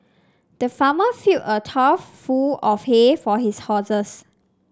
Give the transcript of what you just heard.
the farmer filled a trough full of hay for his horses